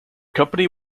company